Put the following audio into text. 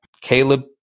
Caleb